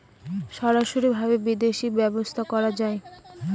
সরাসরি ভাবে বিদেশী ব্যবসা করা যায়